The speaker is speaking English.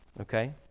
Okay